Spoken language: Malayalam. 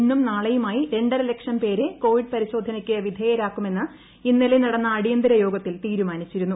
ഇന്നും നാളെയുമായി രണ്ടര ലക്ഷം പേരെ കോവിഡ് പരിശോധനയ്ക്കു വിധേയരാക്കുമെന്ന് ഇന്നലെ നടന്ന അടിയന്തര യോഗത്തിൽ തീരുമാനിച്ചിരുന്നു